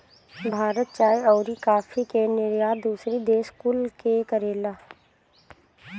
भारत चाय अउरी काफी के निर्यात दूसरी देश कुल के करेला